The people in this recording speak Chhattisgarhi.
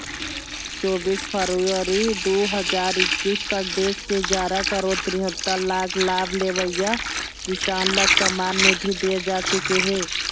चोबीस फरवरी दू हजार एक्कीस तक देश के गियारा करोड़ तिहत्तर लाख लाभ लेवइया किसान ल सम्मान निधि दिए जा चुके हे